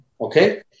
Okay